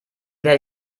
werde